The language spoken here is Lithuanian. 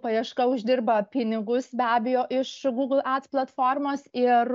paieška uždirba pinigus be abejo iš google adds platformos ir